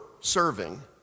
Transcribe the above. serving